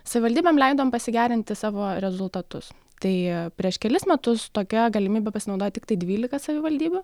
savivaldybėm leidom pasigerinti savo rezultatus tai prieš kelis metus tokia galimybe pasinaudojo tiktai dvylika savivaldybių